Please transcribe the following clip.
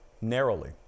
narrowly